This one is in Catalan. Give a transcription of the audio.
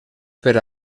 per